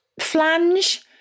Flange